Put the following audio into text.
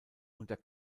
unter